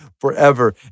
forever